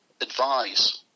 advise